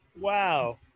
Wow